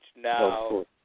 now